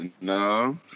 No